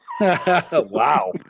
Wow